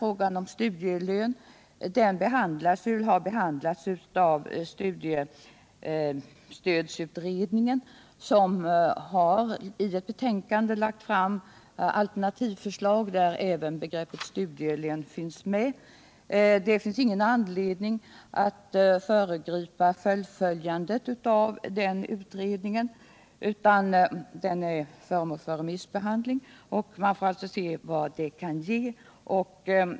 Frågan har behandlats = Ökat stöd till av studiestödsutredningen, som i ett betänkande har lagt fram alterna = barnfamiljerna, tivförslag, där även begreppet studielön finns med. Det är ingen anledning m.m. att föregripa fullföljandet av den utredningen, som är föremål för remissbehandling, utan man bör först se vad den kan ge.